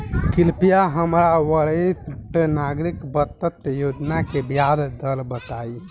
कृपया हमरा वरिष्ठ नागरिक बचत योजना के ब्याज दर बताई